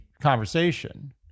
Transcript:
conversation